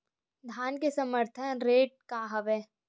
धान के समर्थन रेट का हवाय?